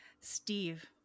Steve